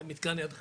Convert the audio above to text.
זה מתקן יד חנה,